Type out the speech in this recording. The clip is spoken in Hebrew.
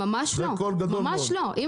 ממש לא, ממש לא.